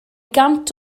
gant